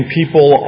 people